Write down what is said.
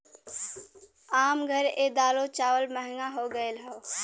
आम घर ए दालो चावल महंगा हो गएल हौ